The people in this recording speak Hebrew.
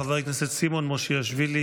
חבר הכנסת סימון מושיאשוילי,